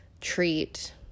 treat